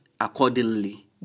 accordingly